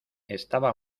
estaba